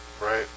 Right